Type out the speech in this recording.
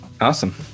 Awesome